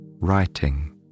writing